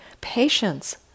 patience